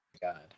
God